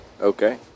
Okay